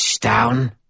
down